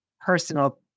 personal